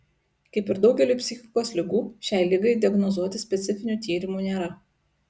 kaip ir daugeliui psichikos ligų šiai ligai diagnozuoti specifinių tyrimų nėra